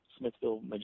Smithville